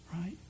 right